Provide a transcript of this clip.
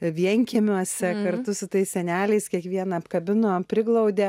vienkiemiuose kartu su tais seneliais kiekvieną apkabino priglaudė